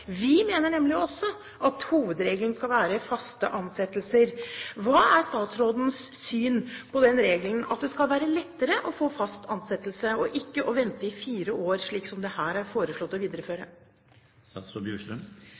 Vi mener nemlig også at hovedregelen skal være faste ansettelser. Hva er statsrådens syn på at det skal være lettere å få fast ansettelse, at man ikke må vente i fire år, slik regelen her er foreslått